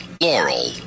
Laurel